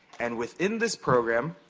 and within this program,